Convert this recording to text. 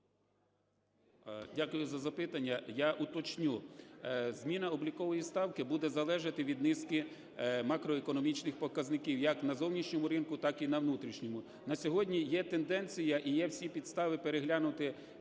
Дякую за запитання. Я уточню. Зміна облікової ставки буде залежати від низки макроекономічних показників як на зовнішньому ринку, так і на внутрішньому. На сьогодні є тенденція і є всі підстави переглянути